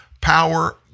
power